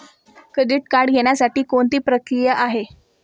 Credit card घेण्यासाठी कोणती प्रक्रिया आहे?